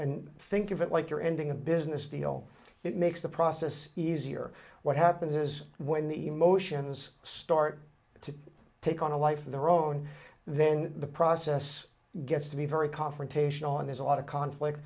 and think of it like you're ending a business deal that makes the process easier what happens is when the emotions start to take on a life of their own then the process gets to be very confrontational and there's a lot of conflict